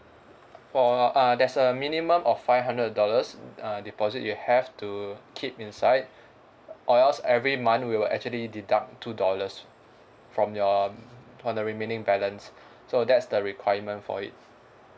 for uh there's a minimum of five hundred dollars uh deposit you have to keep inside or else every month we will actually deduct two dollars from your on the remaining balance so that's the requirement for it